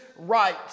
right